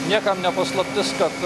niekam ne paslaptis kad